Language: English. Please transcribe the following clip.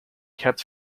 kept